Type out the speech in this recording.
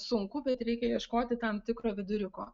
sunku bet reikia ieškoti tam tikro viduriuko